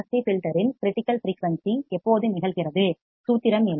C filter இன் critical frequency எப்போது நிகழ்கிறது சூத்திரம் என்ன